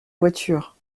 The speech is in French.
voiture